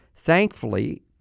Thankfully